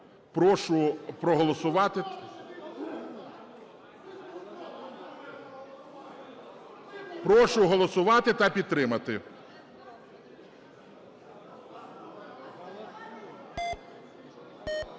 Прошу голосувати та підтримати.